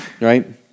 Right